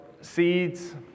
seeds